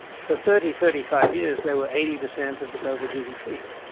for thirty, thirty five years they were eighty per cent of the global gdp.